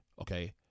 okay